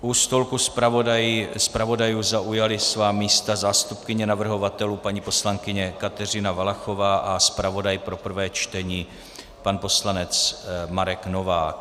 U stolku zpravodajů zaujali svá místa zástupkyně navrhovatelů paní poslankyně Kateřina Valachová a zpravodaj pro prvé čtení pan poslanec Marek Novák.